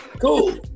cool